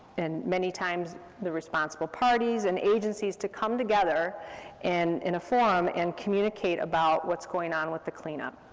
and many times, the responsible parties and agencies to come together and in a forum, and communicate about what's going on with the cleanup.